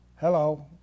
Hello